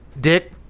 Dick